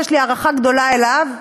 ויש לי הערכה גדולה אליו,